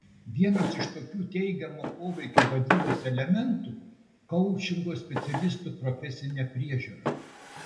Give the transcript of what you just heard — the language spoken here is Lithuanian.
vienas iš tokių teigiamo poveikio vadybos elementų koučingo specialistų profesinė priežiūra